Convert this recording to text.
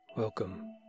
Welcome